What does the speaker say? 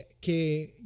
que